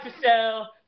michelle